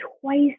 twice